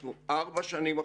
אנחנו ארבע שנים אחרי,